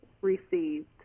received